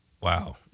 wow